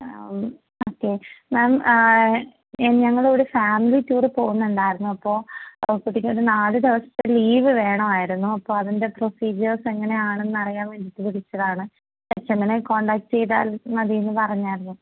okay ma'am ഞങ്ങൾ ഒരു family tour പോകുന്നുണ്ടായിരുന്നു അപ്പോൾ കുട്ടിക്ക് ഒരു നാല് ദിവസത്തെ ലീവ് വേണമായിരുന്നു അപ്പോൾ അതിൻ്റെ പ്രോസീജിയേർസ് എങ്ങനെയാണെന്ന് അറിയാൻ വേണ്ടിയിട്ട് വിളിച്ചതാണ് എച്ച് എമ്മിനെ കോൺടാക്റ്റ് ചെയ്താൽ മതി എന്ന് പറഞ്ഞിരുന്നു